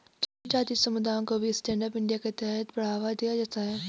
जनजाति समुदायों को भी स्टैण्ड अप इंडिया के तहत बढ़ावा दिया जाता है